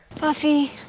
Buffy